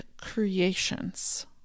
creations